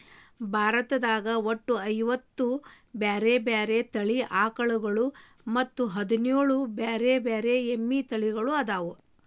ಭಾರತದಾಗ ಒಟ್ಟ ಐವತ್ತ ಬ್ಯಾರೆ ಬ್ಯಾರೆ ತಳಿ ಆಕಳ ಮತ್ತ್ ಹದಿನೇಳ್ ಬ್ಯಾರೆ ಬ್ಯಾರೆ ಎಮ್ಮಿ ತಳಿಗೊಳ್ಅದಾವ